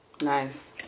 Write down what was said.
Nice